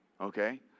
okay